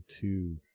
two